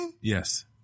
Yes